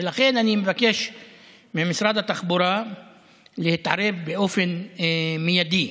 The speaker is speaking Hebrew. ולכן אני מבקש ממשרד התחבורה להתערב באופן מיידי.